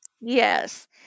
yes